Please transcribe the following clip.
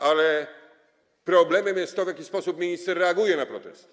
Ale problemem jest to, w jaki sposób minister reaguje na protest.